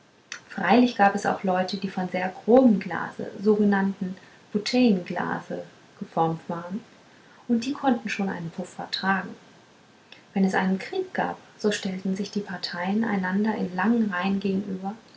freilich gab es auch leute die von sehr grobem glase sogenannten bouteillenglase geformt waren und die konnten schon einen puff vertragen wenn es einen krieg gab so stellten sich die parteien einander in langen reihen gegenüber